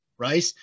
Right